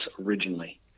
originally